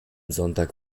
sonntag